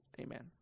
Amen